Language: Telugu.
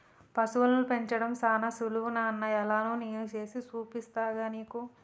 పశువులను పెంచడం సానా సులువు నాన్న ఎలానో నేను సేసి చూపిస్తాగా నీకు